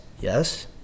yes